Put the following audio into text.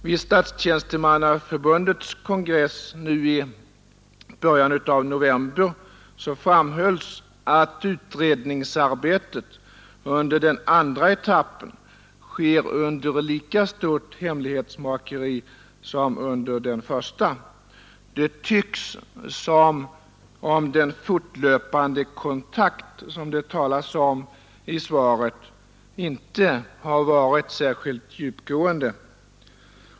Vid Statstjänstemannaförbundets kongress nu i början av november framhölls att utredningsarbetet under den andra etappen sker under lika stort hemlighetsmakeri som under den första. Det tycks som om den fortlöpande kontakt som det talas om i svaret inte har varit särskilt djupgående.